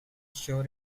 sure